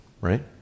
right